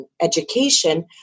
education